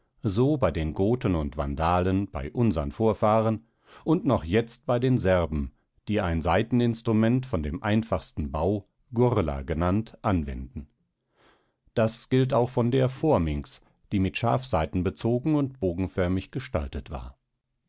so bei den goten und wandalen bei unsern vorfahren und noch jetzt bei den serben die ein saiteninstrument von dem einfachsten bau gurla genannt anwenden das gilt auch von der phorminx die mit schafsaiten bezogen und bogenförmig gestaltet war